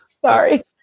Sorry